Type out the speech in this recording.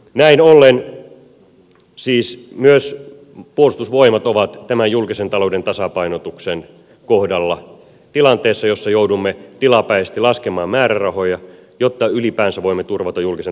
näin ollen siis myös puolustusvoimat on tämän julkisen talouden tasapainotuksen kohdalla tilanteessa jossa joudumme tilapäisesti laskemaan määrärahoja jotta ylipäänsä voimme turvata julkisen talouden kestävyyden